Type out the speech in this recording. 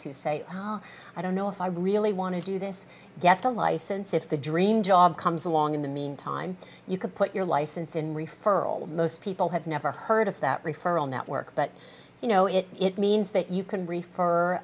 to say i don't know if i really want to do this get a license if the dream job comes along in the meantime you could put your license in referral most people have never heard of that referral network but you know it it means that you can refer